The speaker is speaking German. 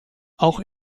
auch